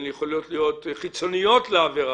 שיכולות להיות חיצוניות לעבירה,